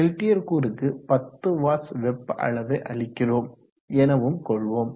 Peltier கூறுக்கு 10 watts வெப்ப அளவை அளிக்கிறோம் எனவும் கொள்வோம்